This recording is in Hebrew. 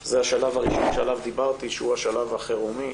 זה השלב הראשון שעליו דיברתי שהוא השלב החירומי.